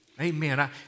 Amen